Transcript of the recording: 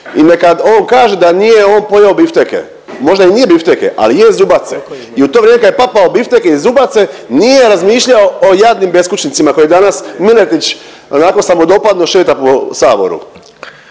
i neka on kaže da nije on pojeo bifteke. Možda i nije bifteke, ali je zubace. I u to vrijeme kad je papao bifteke i zubace nije razmišljao o jadnim beskućnicima koji danas Miletić onako samodopadno šeta po Saboru.